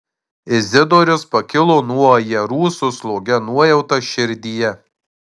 izidorius pakilo nuo ajerų su slogia nuojauta širdyje